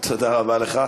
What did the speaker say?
תודה רבה לך.